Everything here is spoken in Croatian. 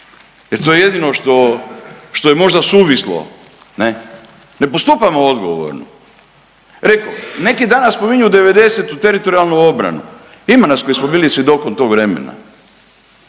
jer to je jedino što, što je možda suvislo ne, ne postupamo odgovorno. Reko, neki danas spominju '90.-tu, teritorijalnu obranu, ima nas koji smo bili svjedokom tog vremena,